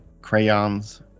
crayons